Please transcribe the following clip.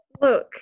look